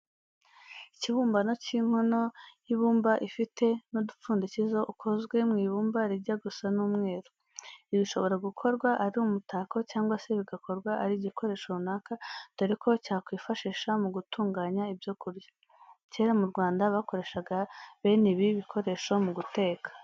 Ikibumbano cy'inkono y'ibumba ifite n'umupfundikizo ukozwe mu ibumba rijya gusa n'umweru. Ibi bishobora gukorwa ari umutako cyangwa se bigakorwa ari igikoresho runaka dore ko cyakwifashisha mu gutunganya ibyo kurya. Kera mu Rwanda bakoreshaga bene ibi bikoresho mu guteka.